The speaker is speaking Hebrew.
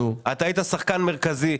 אתה היית שחקן מרכזי,